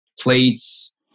plates